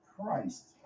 Christ